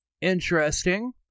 Interesting